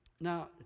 now